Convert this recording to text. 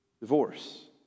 divorce